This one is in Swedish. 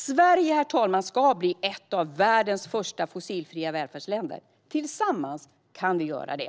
Sverige ska, herr talman, bli ett av världens första fossilfria välfärdsländer. Tillsammans kan vi göra det!